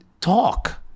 talk